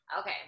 Okay